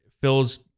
Phil's